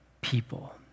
people